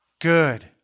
good